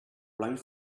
blind